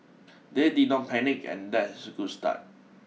they did not panic and that's a good start